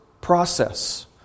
process